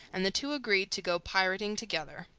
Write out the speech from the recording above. and the two agreed to go pirating together.